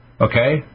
Okay